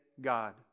God